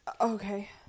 okay